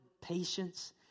patience